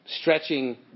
stretching